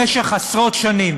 במשך עשרות שנים